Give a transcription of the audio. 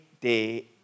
day